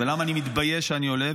ולמה אני מתבייש שאני עולה?